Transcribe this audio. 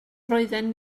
roedden